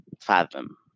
fathom